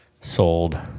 sold